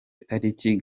tariki